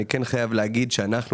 אני חייב לומר שאנחנו,